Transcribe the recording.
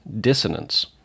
dissonance